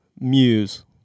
muse